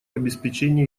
обеспечению